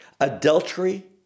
adultery